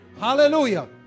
Hallelujah